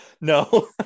No